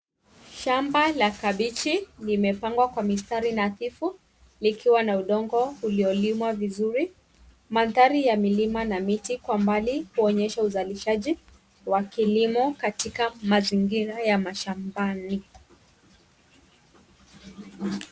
Shamba la kabichi limepangwa kwa mistari nadhifu likiwa na udongo uliolimwa vizuri, mandhari ya milima na miti kwa mbali huonyesha uzalishaji wa kilimo katika mazingira ya mashambani.